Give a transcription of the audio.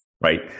right